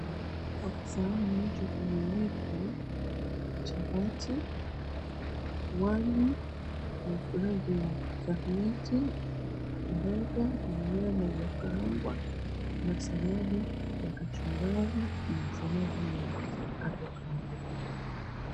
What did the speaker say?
Kwa kisahani hicho kimewekwa chapati, wali wa rangi ya chakmiti, mboga na nyama iliyokaangwa na saladi ya kachumbari na saladi ya avocado .